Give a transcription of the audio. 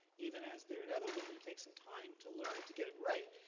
even as they're inevitably going to take some time to learn to get it right.